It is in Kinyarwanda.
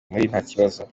ntakibazo